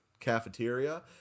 cafeteria